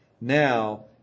now